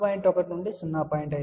1 Ω నుండి 0